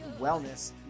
wellness